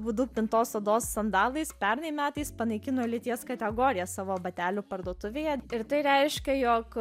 būdu pintos odos sandalais pernai metais panaikino lyties kategoriją savo batelių parduotuvėje ir tai reiškia jog